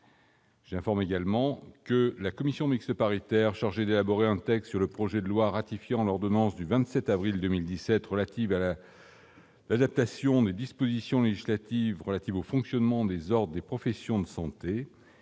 l'informe également que la commission mixte paritaire chargée d'élaborer un texte sur le projet de loi ratifiant l'ordonnance n° 2017-644 du 27 avril 2017 relative à l'adaptation des dispositions législatives relatives au fonctionnement des ordres des professions de santé